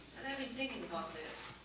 and i've been thinking about this.